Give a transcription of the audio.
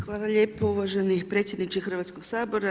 Hvala lijepo uvaženi predsjedniče Hrvatskog sabora.